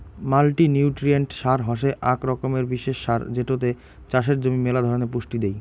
multinutrient সার হসে আক রকমের বিশেষ সার যেটোতে চাষের জমি মেলা ধরণের পুষ্টি দেই